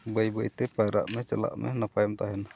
ᱵᱟᱹᱭ ᱵᱟᱹᱭᱛᱮ ᱯᱟᱭᱨᱟᱜ ᱢᱮ ᱪᱟᱞᱟᱜ ᱢᱮ ᱱᱟᱯᱟᱭᱮᱢ ᱛᱟᱦᱮᱱᱟ